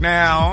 now